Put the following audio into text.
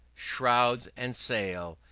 shrouds and sail,